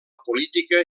política